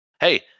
Hey